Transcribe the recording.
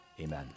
Amen